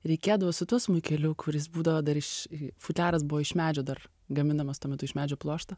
reikėdavo su tuo smuikeliu kuris būdavo dar iš futliaras buvo iš medžio dar gaminamas tuo metu iš medžio pluošto